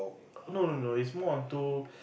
no no no is more on to